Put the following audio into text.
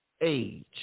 age